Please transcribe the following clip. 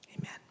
Amen